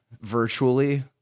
virtually